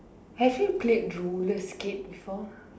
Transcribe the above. have you played roller skate before